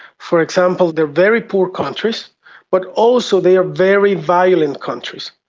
for example, they are very poor countries but also they are very violent countries.